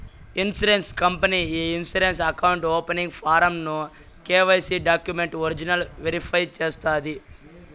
insurance company ఈ insurance account opening form ను KYC డాక్యుమెంట్లు ఒరిజినల్ వెరిఫై చేస్తాది